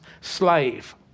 slave